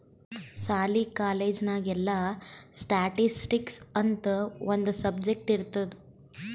ಸಾಲಿ, ಕಾಲೇಜ್ ನಾಗ್ ಎಲ್ಲಾ ಸ್ಟ್ಯಾಟಿಸ್ಟಿಕ್ಸ್ ಅಂತ್ ಒಂದ್ ಸಬ್ಜೆಕ್ಟ್ ಇರ್ತುದ್